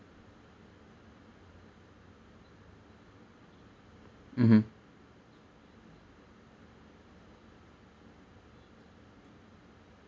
mmhmm